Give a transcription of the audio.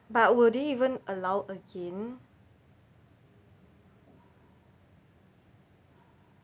but would they even allow again